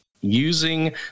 using